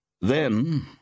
Then